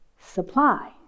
supply